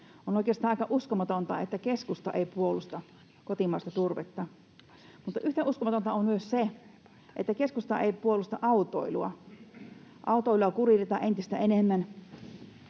On oikeastaan aika uskomatonta, että keskusta ei puolusta kotimaista turvetta, mutta yhtä uskomatonta on se, että keskusta ei puolusta autoilua. Autoilua kuritetaan entistä enemmän.